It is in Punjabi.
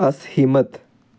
ਅਸਹਿਮਤ